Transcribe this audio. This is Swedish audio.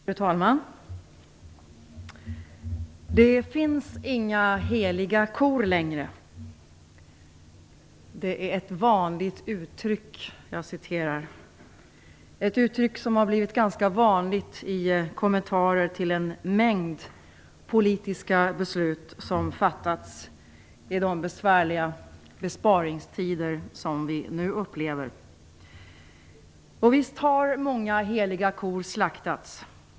Fru talman! "Det finns inga heliga kor längre" är ett vanligt uttryck i kommentarer till en mängd politiska beslut som fattats i de besvärliga besparingstider som vi nu upplever. Visst har många heliga kor slaktats.